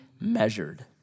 measured